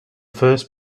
first